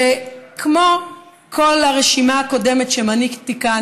שכמו כל הרשימה הקודמת שמניתי כאן